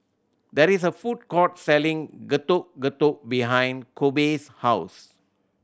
there is a food court selling Getuk Getuk behind Kobe's house